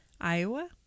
Iowa